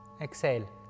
exhale